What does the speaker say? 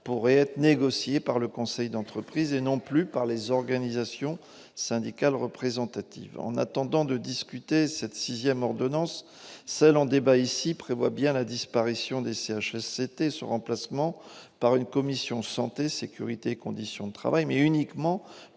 pourra être négocié par le conseil d'entreprise, et non plus par les organisations syndicales représentatives. En attendant de discuter de cette sixième ordonnance, celle dont nous débattons à cet article prévoit la disparition des CHSCT et leur remplacement par une commission « santé, sécurité et conditions de travail », mais uniquement